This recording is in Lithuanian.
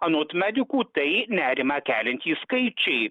anot medikų tai nerimą keliantys skaičiai